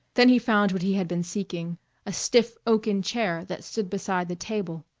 then he found what he had been seeking a stiff oaken chair that stood beside the table.